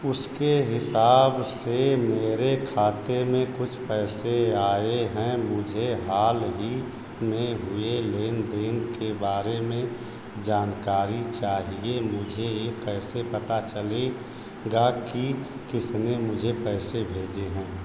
उसके हिसाब से मेरे खाते में कुछ पैसे आए हैं मुझे हाल ही में हुए लेन देन के बारे में जानकारी चाहिए मुझे यह कैसे पता चले गा कि किसने मुझे पैसे भेजे हैं